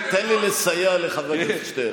תן לי לסייע לחבר הכנסת שטרן.